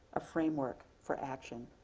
a framework for action.